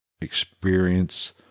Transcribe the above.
experience